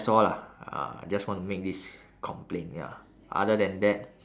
all lah uh just want to make this complaint ya other than that